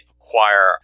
acquire